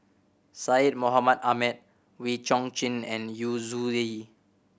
Syed Mohamed Ahmed Wee Chong Jin and Yu Zhuye